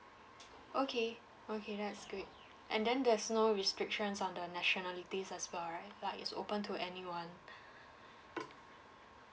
okay okay that's good and then there's no restrictions on the nationalities as well right like it's open to anyone